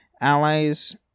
Allies